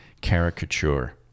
caricature